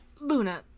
Luna